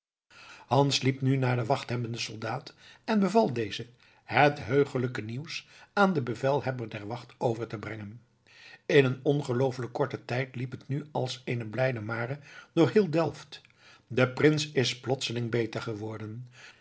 hans liep nu naar den wachthebbenden soldaat en beval dezen het heugelijk nieuws aan den bevelhebber der wacht over te brengen in eenen ongelooflijk korten tijd liep het nu als eene blijde mare door heel delft de prins is plotseling beter geworden